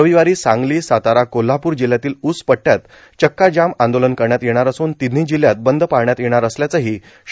रवीवारी सांगली सातारा कोल्हापुर जिल्ह्यातील ऊस पटयात चक्का जाम आंदोलन करण्यात येणार असून तिन्ही जिल्ह्यात बंद पाळण्यात येणार असल्याचही श्री